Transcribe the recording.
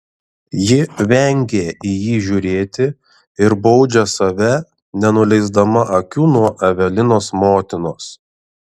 ji vengia į jį žiūrėti ir baudžia save nenuleisdama akių nuo evelinos motinos